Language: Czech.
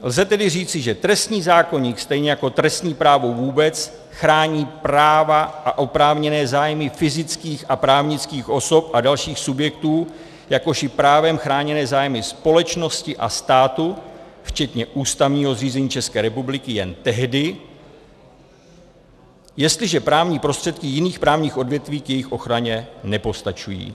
Lze tedy říci, že trestní zákoník stejně jako trestní právo vůbec chrání práva a oprávněné zájmy fyzických a právnických osob a dalších subjektů, jakož i právem chráněné zájmy společnosti a státu včetně ústavního zřízení České republiky jen tehdy, jestliže právní prostředky jiných právních odvětví k jejich ochraně nepostačují.